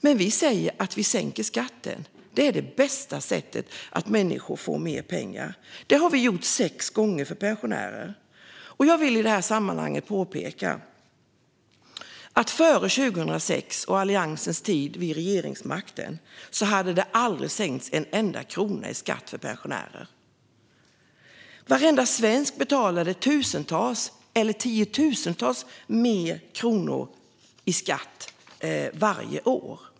Men vi sänker skatten, vilket är det bästa sättet att se till att människor får mer pengar. Det har vi gjort sex gånger för pensionärer. Jag vill i det här sammanhanget påpeka att före 2006 och Alliansens tid vid regeringsmakten hade skatten för pensionärer aldrig sänkts med en enda krona. Varenda svensk pensionär betalade tusentals eller tiotusentals kronor mer i skatt varje år.